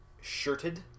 shirted